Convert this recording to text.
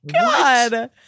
God